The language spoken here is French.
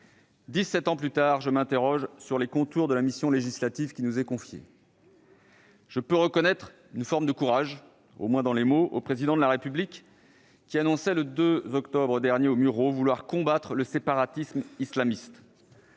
ans plus tard, je m'interroge sur les contours de la mission législative qui nous est confiée. Je peux reconnaître une forme de courage, au moins dans les mots, au Président de la République, qui annonçait le 2 octobre dernier aux Mureaux vouloir combattre le séparatisme islamiste.